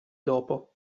dopo